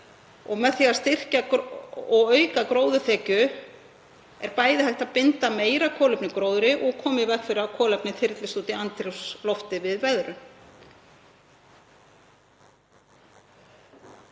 og með því að styrkja og auka gróðurþekju er bæði hægt að binda meira kolefni í gróðri og koma í veg fyrir að kolefni þyrlist út í andrúmsloftið við veðrun.